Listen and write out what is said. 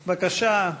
בבקשה.